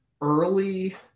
early